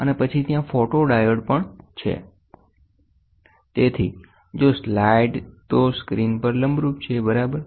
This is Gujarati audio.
અને પછી ત્યાં ફોટોડાયોડ છે તેથી જો સ્લાઇડતો સ્ક્રીન પર લંબરૂપ છે બરાબર